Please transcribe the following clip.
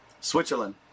Switzerland